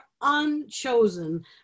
unchosen